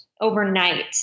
overnight